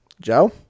Joe